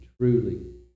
truly